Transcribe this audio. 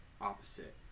opposite